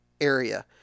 area